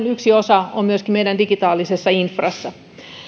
yksi osa on myöskin meidän digitaalisessa infrassa